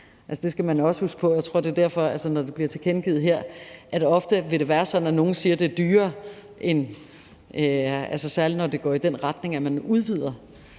Det skal man også huske på. Altså, det bliver tilkendegivet her, at det ofte vil være sådan, at nogle siger, at det er dyrere, særlig når det går i den retning, at man udvider.